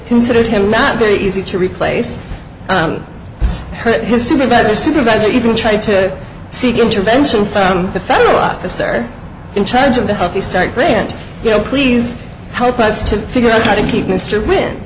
considered him not very easy to replace put his supervisor supervisor you can try to see the intervention by the federal officer in charge of the healthy start grant you know please help us to figure out how to keep mr win